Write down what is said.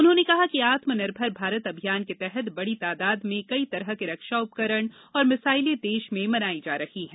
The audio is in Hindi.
उन्होंने कहा कि आत्मनिर्भर भारत अभियान के तहत बड़ी तादाद में कई तरह के रक्षा उपकरण और मिसाइलें देश में बनाई जा रही हैं